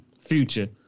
future